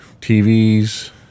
TVs